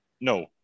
No